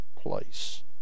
place